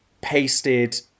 pasted